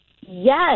Yes